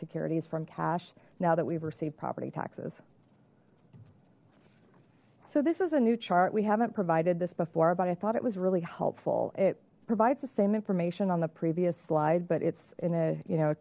securities from cash now that we've received property taxes so this is a new chart we haven't provided this before but i thought it was really helpful it provides the same information on the previous slide but it's in a you know